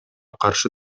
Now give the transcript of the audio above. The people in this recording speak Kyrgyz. каршы